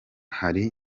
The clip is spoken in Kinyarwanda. hari